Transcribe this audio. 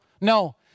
No